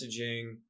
messaging